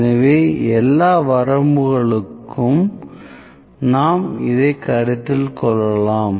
எனவே எல்லா வரம்புகளுக்கும் நாம் இதை கருத்தில் கொள்ளலாம்